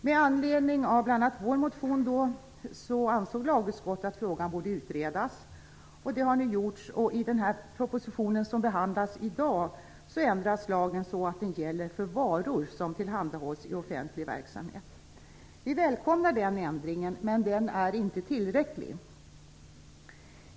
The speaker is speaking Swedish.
Med anledning av bl.a. vår motion ansåg lagutskottet att frågan borde utredas. Detta har nu gjorts, och i den proposition som behandlas i dag så föreslås en ändring av lagen så att den gäller för varor som tillhandahålls i offentlig verksamhet. Vi välkomnar den ändringen, men den är inte tillräcklig.